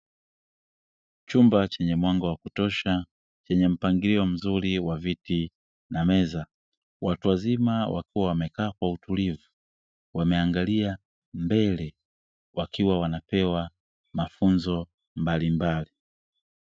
Chumba chenye mwanga wa kutosha chenye mpangilio mzuri wa viti na meza, watu wazima wakiwa wamekaa kwa utulivu wameangalia mbele wakiwa wanapewa mafunzo mbalimbali.